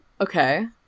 Okay